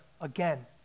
again